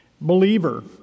Believer